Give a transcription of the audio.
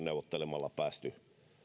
neuvottelemalla päästy